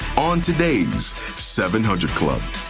on today's seven hundred club.